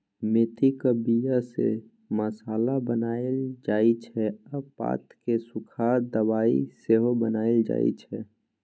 मेथीक बीया सँ मसल्ला बनाएल जाइ छै आ पात केँ सुखा दबाइ सेहो बनाएल जाइ छै